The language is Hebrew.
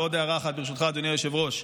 ועוד הערה אחת, אדוני היושב-ראש.